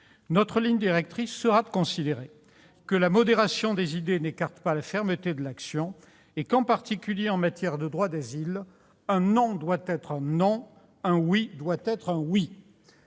Notre ligne directrice sera de considérer que la modération des idées n'écarte pas la fermeté de l'action, et qu'en particulier en matière de droit d'asile un « non » doit être un « non », un « oui » doit être un « oui